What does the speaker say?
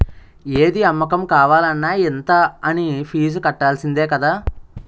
ఏది అమ్మకం కావాలన్న ఇంత అనీ ఫీజు కట్టాల్సిందే కదా